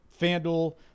FanDuel